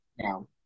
now